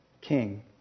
King